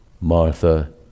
Martha